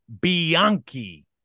Bianchi